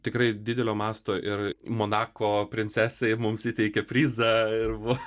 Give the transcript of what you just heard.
tikrai didelio masto ir monako princesė mums įteikė prizą ir va